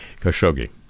Khashoggi